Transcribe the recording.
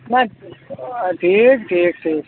وۅنۍ ٹھیٖک ٹھیٖک ٹھیٖک